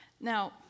Now